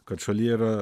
kad šalyje yra